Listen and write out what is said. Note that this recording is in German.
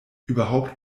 überhaupt